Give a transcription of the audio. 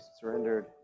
surrendered